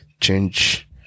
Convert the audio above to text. change